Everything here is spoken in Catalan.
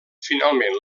finalment